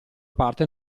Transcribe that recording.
parte